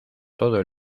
todo